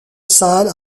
salle